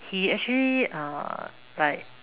he actually uh like